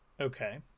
okay